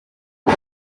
bwa